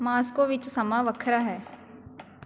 Moscow ਵਿੱਚ ਸਮਾਂ ਵੱਖਰਾ ਹੈ